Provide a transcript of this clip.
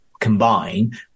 Combine